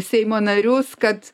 seimo narius kad